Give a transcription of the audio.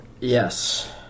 Yes